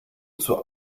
zur